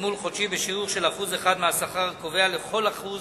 תגמול חודשי בשיעור של 1% מהשכר הקובע לכל אחוז